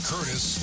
Curtis